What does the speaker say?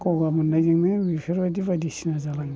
गगा मोननायजोंनो बेफोरबायदि बायदिसिना जालाङो